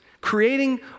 creating